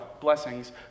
blessings